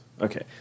Okay